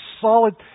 solid